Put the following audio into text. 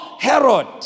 Herod